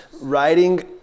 writing